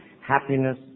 happiness